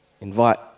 invite